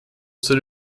ser